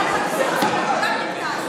היא עכשיו נכנסה.